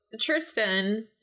Tristan